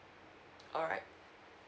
alright